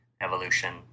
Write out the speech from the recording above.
evolution